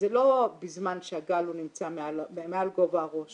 זה לא בזמן שהגל נמצא מעל גובה הראש